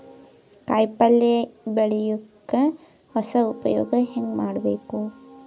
ಕಾಯಿ ಪಲ್ಯ ಬೆಳಿಯಕ ಹೊಸ ಉಪಯೊಗ ಹೆಂಗ ಮಾಡಬೇಕು?